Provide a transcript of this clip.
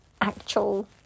actual